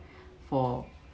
for